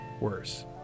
worse